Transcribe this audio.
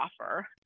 offer